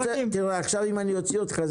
אם אני אוציא אותך עכשיו,